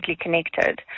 connected